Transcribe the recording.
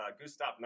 Gustav